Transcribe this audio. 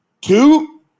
Two